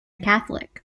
catholic